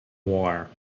war